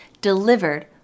delivered